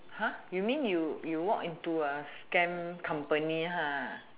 you mean you you walk into a scam company